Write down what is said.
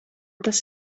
tas